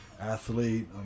athlete